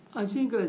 i think ah